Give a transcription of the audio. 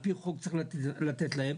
על פי חוק צריך לתת להם,